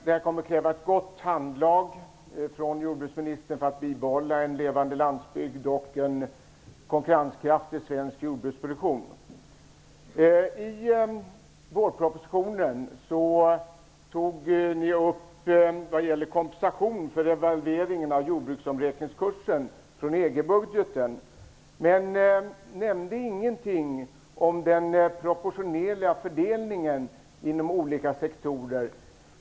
Det kommer att krävas ett gott handlag av jordbruksministern för att ett levande landskap och en konkurrenskraftig svensk jordbruksproduktion skall kunna bibehållas. I vårpropositionen tog ni upp kompensation för revalveringen av jordbruksomräkningskursen från EG-budgeten. Men ni nämnde ingenting om den proportionerliga fördelningen inom olika sektorer.